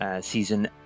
Season